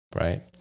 right